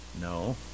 no